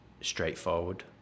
straightforward